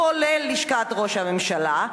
כולל לשכת ראש הממשלה,